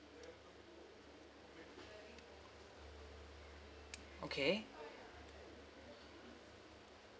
okay